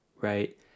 right